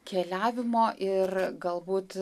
keliavimo ir galbūt